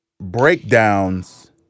breakdowns